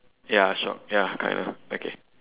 ya shocked ya correct correct lah okay